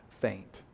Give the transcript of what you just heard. faint